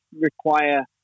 require